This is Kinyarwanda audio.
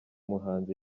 muhanzi